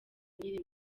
nkiri